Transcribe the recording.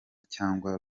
cyangwa